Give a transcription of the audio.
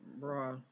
Bro